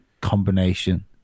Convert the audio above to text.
combination